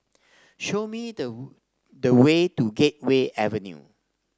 show me the the way to Gateway Avenue